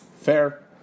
Fair